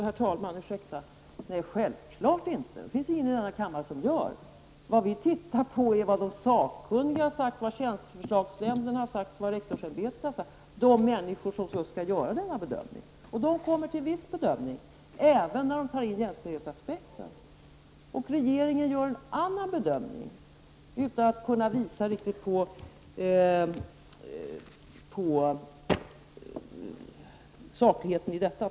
Herr talman! Nej, det är det självfallet inte — och det finns inte någon i denna kammare som anser det. Vad vi har tittat på är vad de sakkunniga har sagt, vad tjänsteförslagsnämnden har sagt och vad rektorsämbetet har sagt, dvs. de människor som skall göra denna bedömning. De kommer fram till en viss bedömning, även när de tar in jämställdhetsaspekten. Regeringen gör en annan bedömning, utan att kunna visa på sakligheten i denna.